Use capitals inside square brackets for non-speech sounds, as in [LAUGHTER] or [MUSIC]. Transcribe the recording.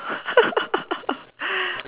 [LAUGHS]